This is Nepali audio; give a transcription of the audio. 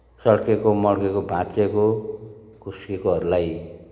सड्किएको मड्किएको भाँच्चिएको खुस्किएकोहरूलाई